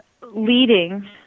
leading